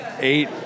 Eight